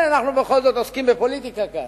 אנחנו בכל זאת עוסקים בפוליטיקה כאן,